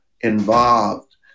involved